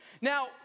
Now